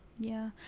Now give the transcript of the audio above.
yeah,